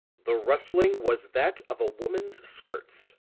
the rustling was that of a woman's skirts!